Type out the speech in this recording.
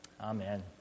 Amen